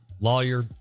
lawyer